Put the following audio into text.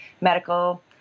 medical